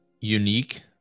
unique